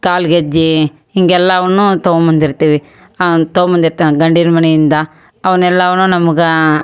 ಕಾಲ್ಗೆಜ್ಜೆ ಹಿಂಗೆ ಎಲ್ಲವನ್ನೂ ತೊಗೊಂಬಂದಿರ್ತೀವಿ ತೊಗೊಂಬಂದಿರ್ತಾನ್ ಗಂಡಿನ ಮನೆಯಿಂದ ಅವ್ನು ಎಲ್ಲವ್ನೂ ನಮ್ಗೆ